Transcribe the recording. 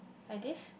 like this